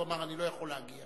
הוא אמר: אני לא יכול להגיע,